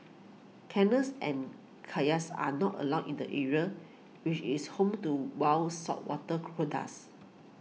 canoes and kayaks are not allowed in the area which is home to wild saltwater